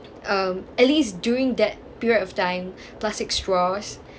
um at least during that period of time plastic straws